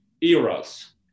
eras